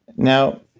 now,